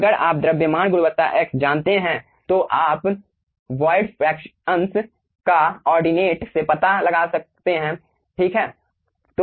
अगर आप द्रव्यमान गुणवत्ता x जानते हैं तो आप वॉयड अंश α का ऑर्डिनेट से पता लगा सकते हैं ठीक है